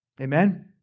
Amen